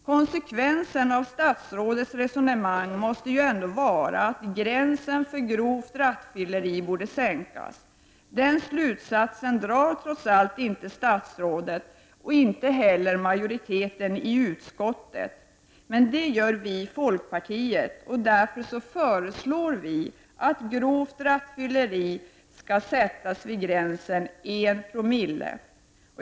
Konsekvensen av statsrådets resonemang måste ändå vara att gränsen för grovt rattfylleri borde sänkas. Den slutsatsen drar trots allt inte statsrådet och inte heller majoriteten i utskottet. Det gör vi däremot i folkpartiet. Därför föreslår vi att gränsen för grovt rattfylleri skall sättas vid 1,0 900.